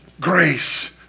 grace